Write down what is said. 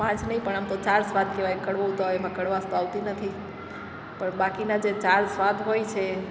પાંચ નહીં આમ તો ચાર સ્વાદ કહેવાય કડવો તો એમાં કડવાશ તો આવતી નથી પણ બાકીના જે ચાર સ્વાદ હોય છે